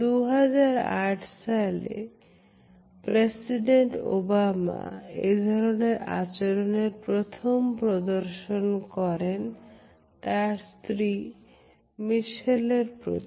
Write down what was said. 2008 সালে president Obama এই ধরনের আচরণের প্রথম প্রদর্শন করেন তার স্ত্রী মিশেল প্রতি